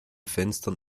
fenstern